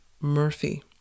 Murphy